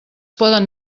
poden